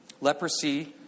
Leprosy